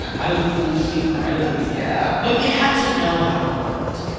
i was truly, incredibly sad. yeah but you had to know how it worked.